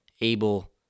able